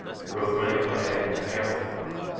a road running at right angles to hambledon road.